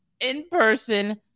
in-person